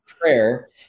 prayer